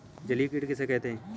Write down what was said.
जलीय कीट किसे कहते हैं?